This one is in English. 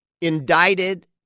indicted